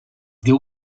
diu